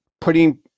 putting